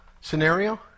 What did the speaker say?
scenario